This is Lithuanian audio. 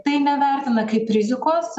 tai nevertina kaip rizikos